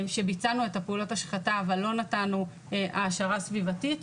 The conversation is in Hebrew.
כשביצענו את פעולות ההשחתה אבל לא נתנו העשרה סביבתית,